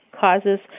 causes